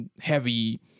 heavy